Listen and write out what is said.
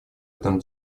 этом